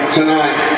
tonight